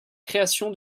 création